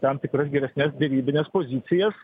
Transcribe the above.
tam tikras geresnes derybines pozicijas